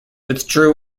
withdrew